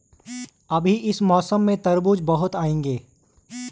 अभी इस मौसम में तरबूज बहुत आएंगे